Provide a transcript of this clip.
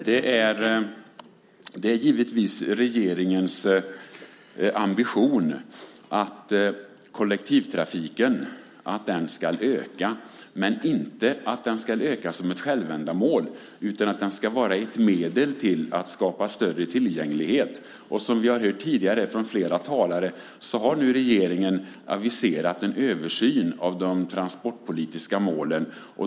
Det är givetvis regeringens ambition att kollektivtrafiken ska öka men inte att den ska öka som ett självändamål. Den ska vara ett medel för att skapa större tillgänglighet. Och som vi har hört tidigare från flera talare har nu regeringen aviserat en översyn av de transportpolitiska målen.